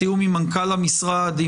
בתיאום עם מנכ"ל המשרד,